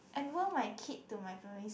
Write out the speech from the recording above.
enrol my kid to my primary